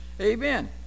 Amen